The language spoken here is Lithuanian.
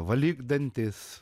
valyk dantis